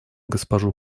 госпожу